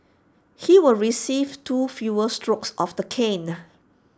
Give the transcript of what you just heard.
he will receive two fewer strokes of the cane